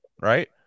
right